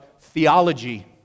theology